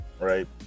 right